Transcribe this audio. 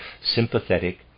sympathetic